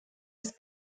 his